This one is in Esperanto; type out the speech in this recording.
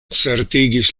certigis